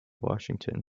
washington